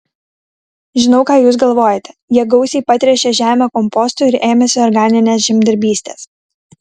žinau ką jūs galvojate jie gausiai patręšė žemę kompostu ir ėmėsi organinės žemdirbystės